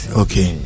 okay